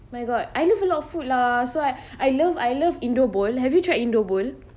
my god I love a lot of food lah so I I love I love indobowl have you tried indobowl